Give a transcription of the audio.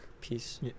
peace